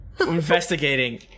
Investigating